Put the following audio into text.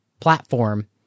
platform